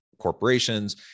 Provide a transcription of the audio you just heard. Corporations